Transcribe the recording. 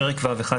פרק ו'1,